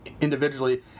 individually